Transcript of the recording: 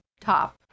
top